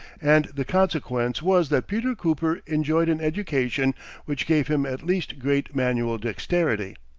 and the consequence was that peter cooper enjoyed an education which gave him at least great manual dexterity.